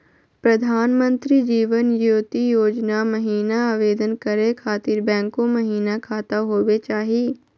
प्रधानमंत्री जीवन ज्योति योजना महिना आवेदन करै खातिर बैंको महिना खाता होवे चाही?